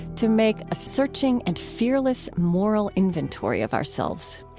to make a searching and fearless moral inventory of ourselves.